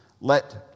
Let